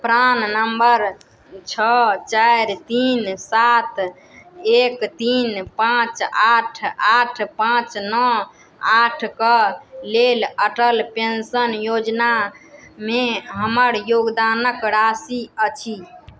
प्राण number छओ चारि तीन सात एक तीन पाँच आठ आठ पाँच नओ आठके लेल अटल पेन्शन योजनामे हमर योगदानके राशि अछि